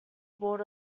board